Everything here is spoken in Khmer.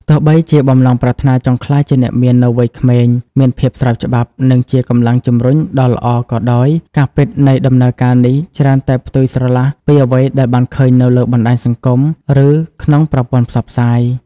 ទោះបីជា បំណងប្រាថ្នាចង់ក្លាយជាអ្នកមាននៅវ័យក្មេងមានភាពស្របច្បាប់ និងជាកម្លាំងជំរុញដ៏ល្អក៏ដោយ ការពិតនៃដំណើរការនេះច្រើនតែផ្ទុយស្រឡះពីអ្វីដែលបានឃើញនៅលើបណ្តាញសង្គម ឬក្នុងប្រព័ន្ធផ្សព្វផ្សាយ។